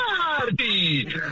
party